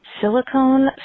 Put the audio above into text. silicone